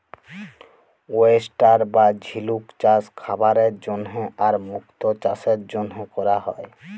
oyster বা ঝিলুক চাস খাবারের জন্হে আর মুক্ত চাসের জনহে ক্যরা হ্যয়ে